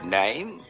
name